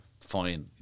fine